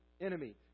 enemy